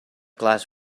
glass